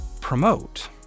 promote